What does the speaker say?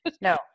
no